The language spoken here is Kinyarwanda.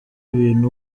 ibintu